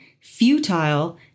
futile